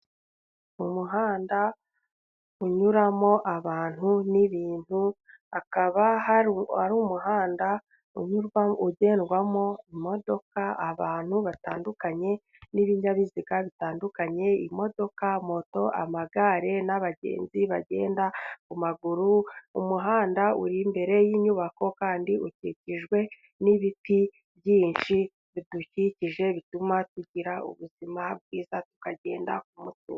Umuhanda unyuramo abantu n'ibintu， akaba ari umuhanda，nyurwa ugendwamo imodoka，abantu batandukanye， n'ibinyabiziga bitandukanye，imodoka，moto， amagare，n’abagenzi bagenda ku maguru， umuhanda uri imbere y’inyubako， kandi ukikijwe nibiti byinshi bidukikije，bituma tugira ubuzima bwiza tukagenda ku mutuzo.